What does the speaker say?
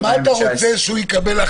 אבל איזו החלטה אתה רוצה שהוא יקבל?